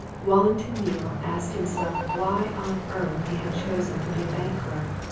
wallington neale asked himself why on earth he had chosen to be a bank clerk.